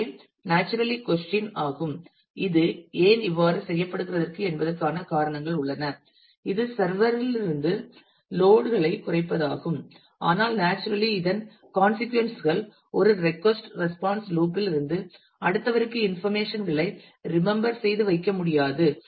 எனவே naturally question ஆகும் இது ஏன் இவ்வாறு செய்யப்படுகிறது என்பதற்கான காரணங்கள் உள்ளன இது சர்வர் லிருந்து லோட் களை குறைப்பதாகும் ஆனால் நேச்சுரலி இதன் consequences கள் ஒரு ரெட்கொஸ்ட் ரெஸ்பான்ஸ் லுப் இல் இருந்து அடுத்தவருக்கு இன்பர்மேஷன் களை ரிமெம்பர் செய்து வைக்க முடியாது